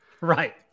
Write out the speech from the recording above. Right